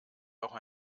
doch